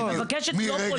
אני מבקשת, לא פוליטי.